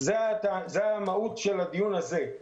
זה המהות של הדיון הזה.